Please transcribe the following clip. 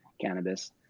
cannabis